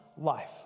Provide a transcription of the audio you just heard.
life